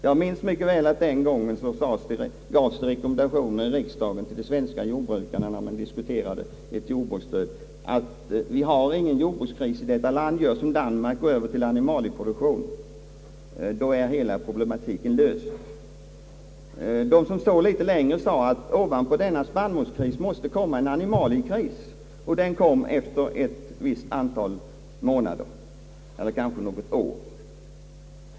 Jag minns mycket väl att det när den svenska riksdagen debatterade jordbruksstöd eller icke från visst håll sades att vi inte hade någon jordbrukskris i detta land, och man gav de svenska jordbrukarna rekommendationen att liksom de danska gå över till animalieproduktion, så skulle hela problematiken vara löst. De som såg litet längre sade att det efter spannmålskrisen måste komma en animaliekris, och den kom också efter ett antal månader eller något år.